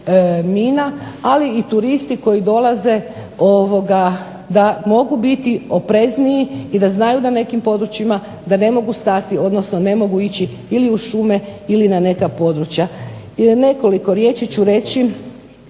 ali i turisti koji dolaze da mogu biti oprezniji i da znaju da nekim područjima, da ne mogu stati, odnosno ne mogu ići ili u šume ili na neka područja. Nekoliko riječi ću reći